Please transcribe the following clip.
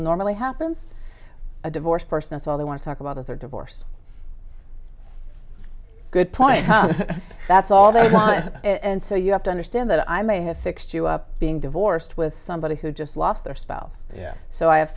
normally happens a divorced person that's all they want to talk about with their divorce good point that's all the time and so you have to understand that i may have fixed you up being divorced with somebody who just lost their spouse so i have